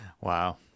Wow